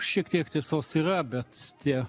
šiek tiek tiesos yra bet tie